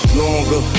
longer